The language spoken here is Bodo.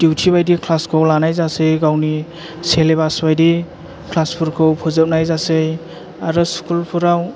दिउथि बायदि क्लासखौ लानाय जासै गावनि सेलेबास बायदि क्लासफोरखौ फोजोबनाय जासै आरो स्कुलफोराव